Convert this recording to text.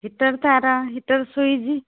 heater ତାର heater switch